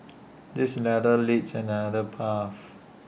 this ladder leads an another path